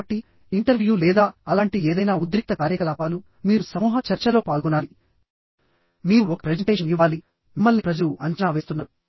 కాబట్టి ఇంటర్వ్యూ లేదా అలాంటి ఏదైనా ఉద్రిక్త కార్యకలాపాలు మీరు సమూహ చర్చలో పాల్గొనాలిమీరు ఒక ప్రెజెంటేషన్ ఇవ్వాలి మిమ్మల్ని ప్రజలు అంచనా వేస్తున్నారు